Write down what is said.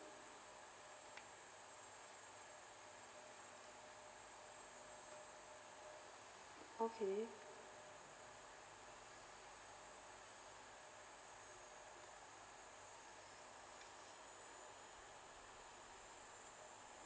okay